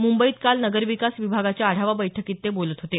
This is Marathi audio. मुंबईत काल नगरविकास विभागाच्या आढावा बैठकीत ते बोलत होते